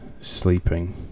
sleeping